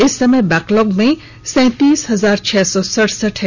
इस समय बैकलॉग में सैंतीस हजार छह सौ सडसठ है